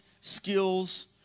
skills